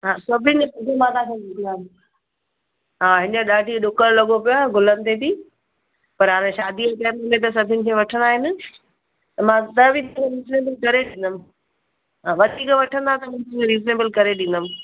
हा सभिनि जी मां तव्हांखे हा हीअंर ॾाढी ॾुकर लॻो पियो आहे गुलनि ते बि पर हाणे शादीअ जे टाइम में त सभिनि खे वठिणा आहिनि त मां त बि रिज़नेबल करे ॾींदमि हा वधीक वठंदा त मां तव्हांखे रीज़नेबल करे ॾींदमि